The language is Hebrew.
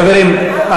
חברים,